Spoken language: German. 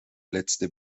letzte